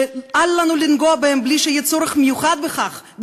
שאל לנו לנגוע בהם בלי שיהיה צורך מיוחד בכך,